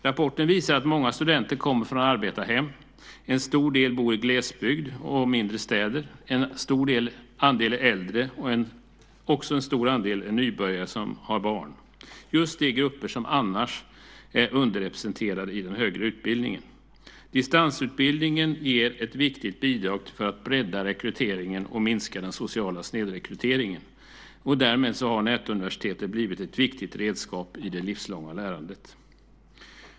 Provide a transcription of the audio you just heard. Rapporten visar att många studenter kommer från arbetarhem, en stor del bor i glesbygd och mindre städer, en stor andel är äldre och en stor andel är nybörjare som har barn - just de grupper som annars är underrepresenterade i den högre utbildningen. Distansutbildningen ger ett viktigt bidrag för att bredda rekryteringen och minska den sociala snedrekryteringen. Därmed har Nätuniversitetet blivit ett viktigt redskap i det livslånga lärandet.